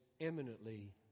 eminently